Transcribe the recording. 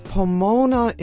Pomona